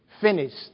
finished